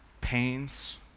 pains